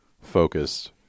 focused